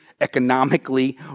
economically